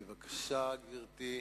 בבקשה, גברתי.